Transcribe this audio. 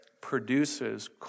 produces